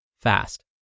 fast